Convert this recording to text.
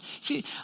See